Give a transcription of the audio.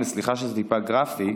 וסליחה שזה טיפה גרפי,